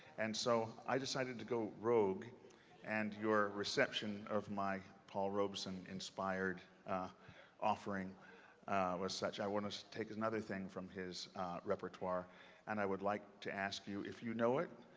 and so i decided to go rogue and your reception of my paul robeson-inspired offering was such i want to take another thing from his repertoire and i would like to ask you if you know it,